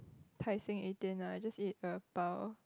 Tai-Seng eighteen lah just eat a pau